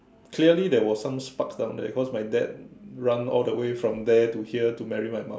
clearly there were some spark down there cause my dad run all the way from there to here to marry my mom